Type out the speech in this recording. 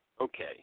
Okay